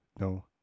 No